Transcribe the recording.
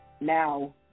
now